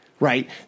right